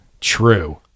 True